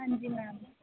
ਹਾਂਜੀ ਮੈਮ